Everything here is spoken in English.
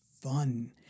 fun